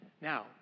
Now